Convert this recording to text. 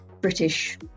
British